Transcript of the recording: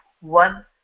one